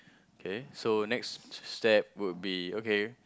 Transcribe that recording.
okay so next step would be okay